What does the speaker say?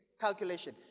calculation